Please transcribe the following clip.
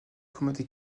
accommoder